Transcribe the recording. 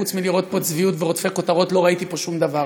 חוץ מצביעות ורודפי כותרות לא ראיתי פה שום דבר.